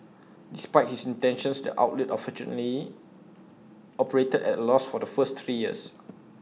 despite his intentions the outlet unfortunately operated at A loss for the first three years